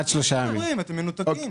מנותקים.